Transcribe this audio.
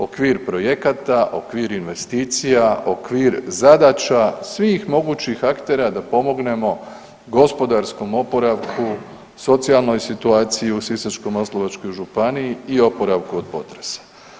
Okvir projekta, okvir investicija, okvir zadaća, svih mogućih aktera da pomognemo gospodarskom oporavku, socijalnoj situaciji u Sisačko-moslavačkoj županiji i oporavku od potresa.